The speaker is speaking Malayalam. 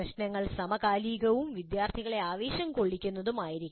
പ്രശ്നങ്ങൾ സമകാലികവും വിദ്യാർത്ഥികളെ ആവേശം കൊള്ളിക്കുന്നതും ആയിരിക്കണം